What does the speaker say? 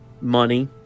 money